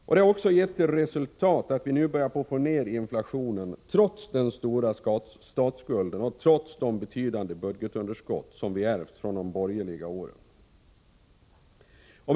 Detta har också gett till resultat att vi nu börjat få ned inflationen, trots den stora statsskulden och trots de betydande budgetunderskott som vi ärvt från de borgerliga åren.